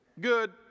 Good